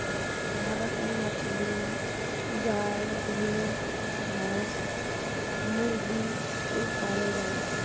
भारत में मछली, गाय, भेड़, भैंस, मुर्गी कुल पालल जाला